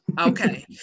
okay